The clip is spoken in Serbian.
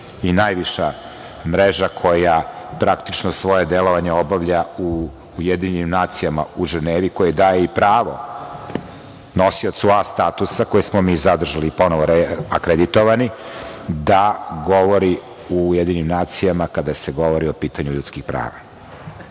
i najviša mreža koja praktično svoje delovanje obavlja u UN, u Ženevi, koje daje i pravo nosiocu A statusa, koje smo mi zadržali i ponovo akreditovani, da govori u UN, kada se govori o pitanju ljudskih prava. Nije